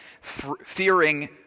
Fearing